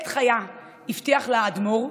הבטיח לה האדמו"ר,